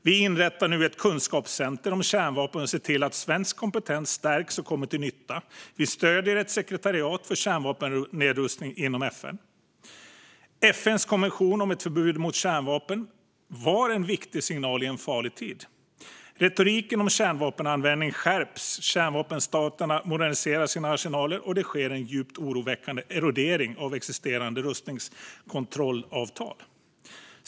Vi inrättar nu ett kunskapscenter om kärnvapen och ser till att svensk kompetens stärks och kommer till nytta. Vi stöder ett sekretariat för kärnvapennedrustning inom FN. FN:s konvention om ett förbud mot kärnvapen var en viktig signal i en farlig tid. Retoriken om kärnvapenanvändning skärps, kärnvapenstaterna moderniserar sina arsenaler och det sker en djupt oroväckande erodering av existerande rustningskontrollsavtal.